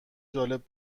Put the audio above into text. جالب